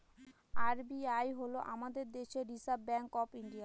RBI হল আমাদের দেশের রিসার্ভ ব্যাঙ্ক অফ ইন্ডিয়া